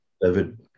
David